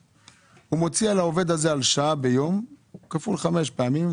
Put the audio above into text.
הוא מוציא על העובד הזה על שעה ביום כפול חמש פעמים,